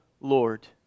Lord